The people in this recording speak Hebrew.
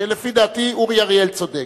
ולפי דעתי אורי אריאל צודק,